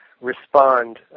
respond